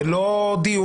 זה לא דיון,